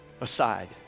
aside